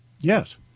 Yes